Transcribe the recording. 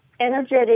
energetic